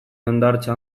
hondartza